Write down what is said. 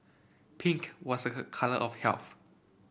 pink was her colour of health